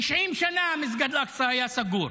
90 שנה מסגד אל-אקצא היה סגור.